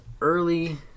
early